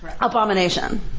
abomination